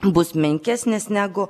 bus menkesnis negu